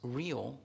real